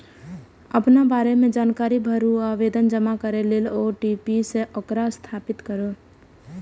अपना बारे मे जानकारी भरू आ आवेदन जमा करै लेल ओ.टी.पी सं ओकरा सत्यापित करू